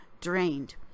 drained